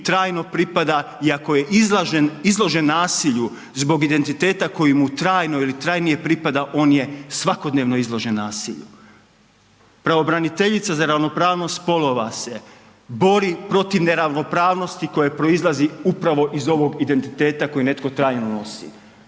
trajno pripada i ako je izložen nasilju zbog identiteta koji mu trajno ili trajnije pripada, on je svakodnevno izložen nasilju. Pravobraniteljica za ravnopravnost spolova se bori protiv neravnopravnosti koja proizlazi upravo iz ovog identiteta koji netko trajno nosi.